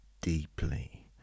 deeply